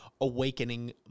awakening